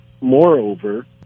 moreover